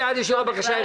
הבקשה?